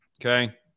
Okay